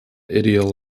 ideal